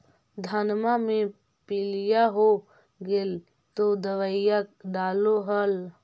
धनमा मे पीलिया हो गेल तो दबैया डालो हल?